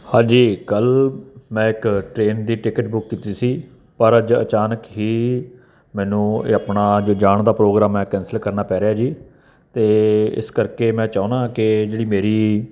ਹਜੇ ਕੱਲ੍ਹ ਮੈਂ ਇੱਕ ਟ੍ਰੇਨ ਦੀ ਟਿਕਟ ਬੁੱਕ ਕੀਤੀ ਸੀ ਪਰ ਅੱਜ ਅਚਾਨਕ ਹੀ ਮੈਨੂੰ ਇਹ ਆਪਣਾ ਜੋ ਜਾਣ ਦਾ ਪ੍ਰੋਗਰਾਮ ਹੈ ਕੈਂਸਲ ਕਰਨਾ ਪੈ ਰਿਹਾ ਜੀ ਅਤੇ ਇਸ ਕਰਕੇ ਮੈਂ ਚਾਹੁੰਦਾ ਕਿ ਜਿਹੜੀ ਮੇਰੀ